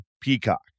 Peacock